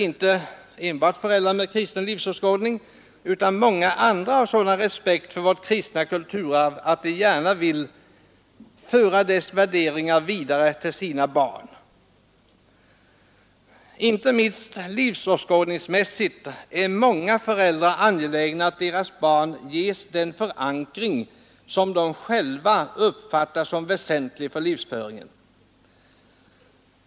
Inte enbart föräldrar med kristen livsåskådning, utan även många andra har sådan respekt för vårt kristna kulturarv att de gärna vill föra dessa värderingar vidare till sina barn. Inte minst livsåskådningsmässigt är många föräldrar angelägna att deras barn skall få denna förankring, som de själva uppfattar som väsentlig för livsföringen.